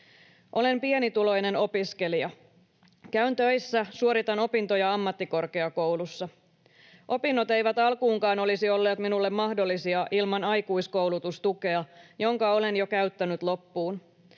Olen pienituloinen opiskelija. Käyn töissä, suoritan opintoja ammattikorkeakoulussa. Opinnot eivät alkuunkaan olisi olleet minulle mahdollisia ilman aikuiskoulutustukea, jonka olen jo käyttänyt loppuun.